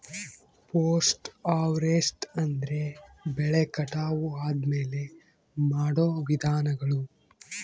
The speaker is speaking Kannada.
ಪೋಸ್ಟ್ ಹಾರ್ವೆಸ್ಟ್ ಅಂದ್ರೆ ಬೆಳೆ ಕಟಾವು ಆದ್ಮೇಲೆ ಮಾಡೋ ವಿಧಾನಗಳು